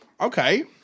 Okay